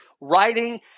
writing